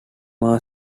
are